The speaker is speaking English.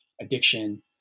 addiction